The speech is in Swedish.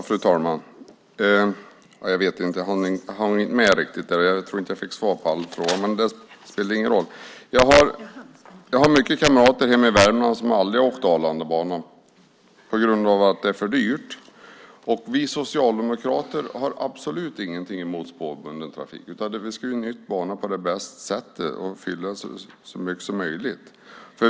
Fru talman! Jag hann inte riktigt med där, och jag tror inte att jag fick svar på alla mina frågor. Men det spelar ingen roll. Jag har många kamrater i Värmland som aldrig har åkt Arlandabanan på grund av att det är för dyrt. Vi socialdemokrater har absolut ingenting emot spårbunden trafik. Vi ska nyttja banan på det bästa sättet.